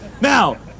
now